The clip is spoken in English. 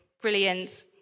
Brilliant